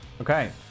Okay